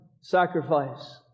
sacrifice